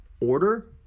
order